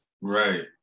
Right